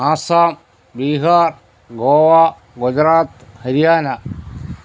Assam Bihar Goa Gujarat Haryana